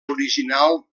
original